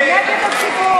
נתקבלה.